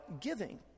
giving